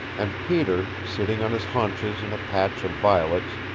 and peter, sitting on his haunches in a patch of violets,